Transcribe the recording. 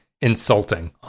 insulting